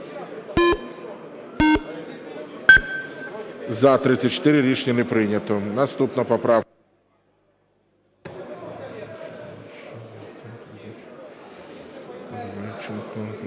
За-34 Рішення не прийнято. Наступна поправка…